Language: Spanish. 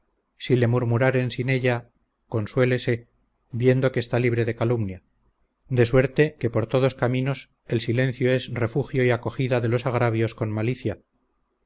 si le murmuraren sin ella consuélese viendo que está libre de calumnia de suerte que por todos caminos el silencio es refugio y acogida de los agravios con malicia